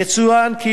יצוין כי